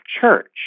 church